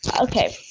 Okay